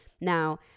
Now